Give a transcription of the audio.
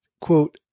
quote